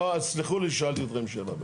לא, סלחו לי ששאלתי אתכם שאלה.